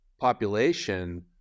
population